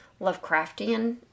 Lovecraftian